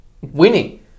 winning